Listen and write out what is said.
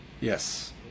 Yes